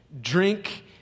drink